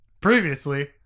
previously